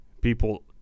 people